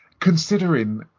considering